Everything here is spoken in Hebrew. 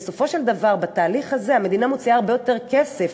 בסופו של דבר בתהליך הזה המדינה מוציאה הרבה יותר כסף